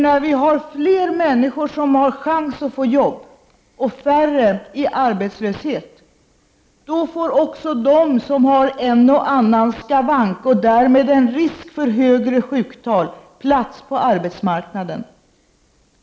När fler människor har chans att få arbete och färre är arbetslösa får också de som har en och annan skavank, och därmed ger upphov till högre sjuktal, plats på arbetsmarknaden.